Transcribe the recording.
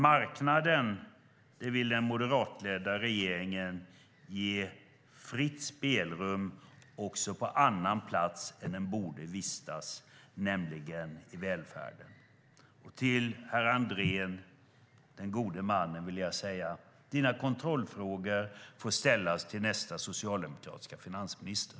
Men den moderatledda regeringen vill ge marknaden fritt spelrum också på en plats där den inte borde vistas, nämligen i välfärden. Till herr Andrén, den gode mannen, vill jag säga: Dina kontrollfrågor får ställas till nästa socialdemokratiska finansminister.